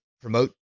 promote